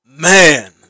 Man